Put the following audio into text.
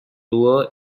rule